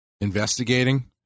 investigating